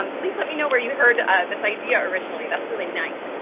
um please let me know where you heard this idea originally, that's really nice.